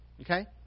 okay